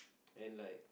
and like